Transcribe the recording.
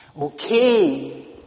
Okay